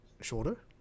shorter